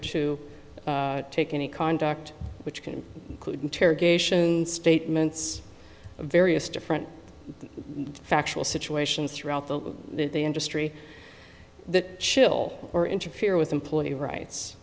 to take any conduct which can include interrogations statements of various different factual situation throughout the industry that schill or interfere with employee rights